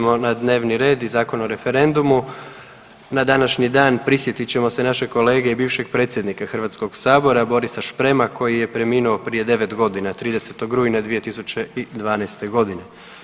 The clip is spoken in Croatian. na dnevni red i Zakon o referendumu na današnji dan prisjetit ćemo se našeg kolege i bivšeg predsjednika Hrvatskog sabora Borisa Šprema koji je preminuo prije 9 godina, 30. rujna 2012. godine.